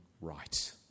right